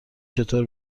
چطور